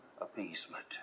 appeasement